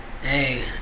Hey